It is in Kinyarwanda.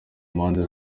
mpande